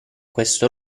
questo